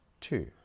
two